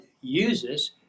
uses